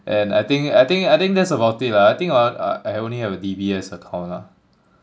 and I think I think I think that's about it lah I think I I I only have D_B_S account lah